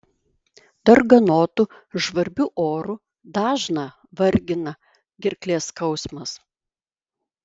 darganotu žvarbiu oru dažną vargina gerklės skausmas